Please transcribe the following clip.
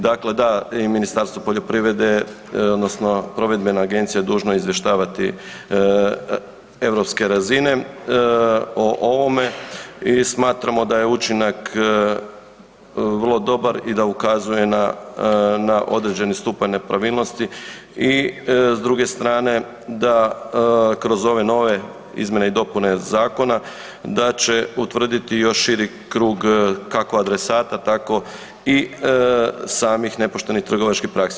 Dakle, da, i Ministarstvo poljoprivrede odnosno provedbena agencija je dužna izvještavati europske razine o ovome i smatramo da je učinak vrlo dobar i da ukazuje na određeni stupanj nepravilnosti i s druge strane, da kroz ove nove izmjene i dopune zakona, da će utvrditi još širi krug, kako adresata, tako i samih nepoštenih trgovačkih praksi.